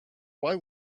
why